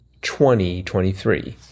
2023